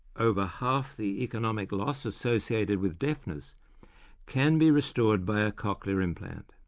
over half the economic loss associated with deafness can be restored by a cochlear implant.